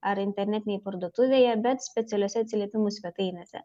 ar internetinėj parduotuvėje bet specialiose atsiliepimų svetainėse